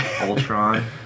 Ultron